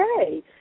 okay